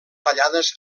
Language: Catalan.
tallades